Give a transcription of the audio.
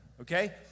okay